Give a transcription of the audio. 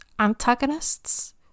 antagonists